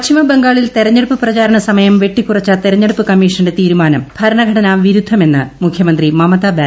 പശ്ചിമബംഗാളിൽ തെരഞ്ഞെടുപ്പ് പ്രചാരണസമയം വെട്ടികുറച്ച തെരഞ്ഞെടുപ്പ് കമ്മീഷന്റെ തീരുമാനം ഭരണഘടനാ വിരുദ്ധമെന്ന് മുഖ്യമന്ത്രി മമതാ ബാനർജി